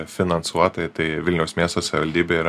finansuotojai tai vilniaus miesto savivaldybė ir